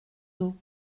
dos